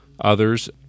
others